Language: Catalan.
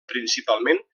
principalment